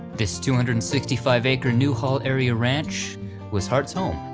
this two hundred and sixty five acre newhall area ranch was hart's home,